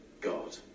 God